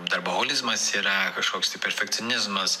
darboholizmas yra kažkoks tai perfekcionizmas